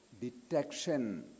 detection